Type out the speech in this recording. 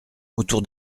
autour